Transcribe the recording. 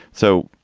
so,